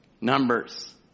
numbers